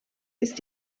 ist